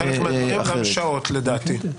בחלק מהדברים, גם שעות לדעתי.